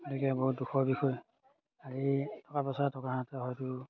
গতিকে বহুত দুখৰ বিষয় হেৰি টকা পইচা থকাহেতেন হয়তো